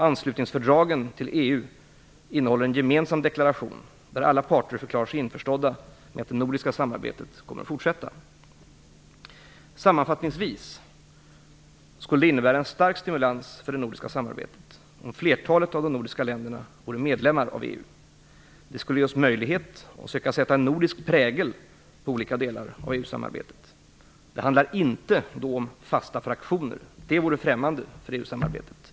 Anslutningsfördraget till EU innehåller en gemensam deklaration, där alla parter förklarar sig införstådda med att det nordiska samarbetet kommer att fortsätta. Sammanfattningsvis skulle det innebära en stark stimulans för det nordiska samarbetet om flertalet av de nordiska länderna vore medlemmaar av EU. Det skulle ge oss möjlighet att söka sätta en nordisk prägel på olika delar av EU-samarbetet. Det handlar inte om fasta fraktioner. Det vore främmande för EU-samarbetet.